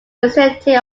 dissenting